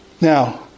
Now